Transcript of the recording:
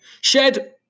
Shed